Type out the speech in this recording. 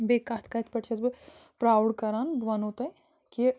بیٚیہِ کَتھ کَتھِ پٮ۪ٹھ چھَس بہٕ پرٛاوُڈ کران بہٕ وَنو تۄہہِ کہِ